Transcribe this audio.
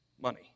money